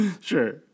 Sure